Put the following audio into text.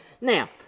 now